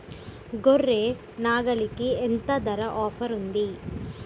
గొర్రె, నాగలికి ఎంత ధర ఆఫర్ ఉంది?